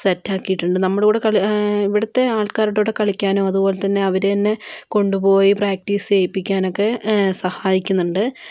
set ആക്കിയിട്ടുണ്ട് നമ്മുടെ കൂടെ കളി ഇവിടുത്തേ ആൾക്കാരുടെ കൂടേ കളിക്കാനോ അതുപോലെ തന്നേ അവർ തന്നേ കൊണ്ടുപോയി പ്രാക്ടീസ് ചെയ്യിപ്പിക്കാൻ ഒക്കേ സഹായിക്കുന്നുണ്ട്